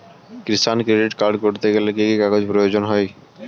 কিষান credit card করতে গেলে কি কি কাগজ প্রয়োজন হয়?